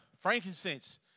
frankincense